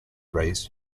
raised